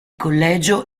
collegio